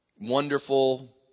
wonderful